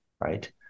right